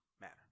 matter